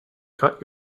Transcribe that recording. cut